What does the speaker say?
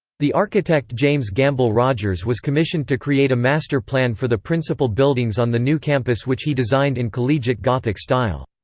the architect james gamble rogers was commissioned to create a master plan for the principal buildings on the new campus which he designed in collegiate gothic style.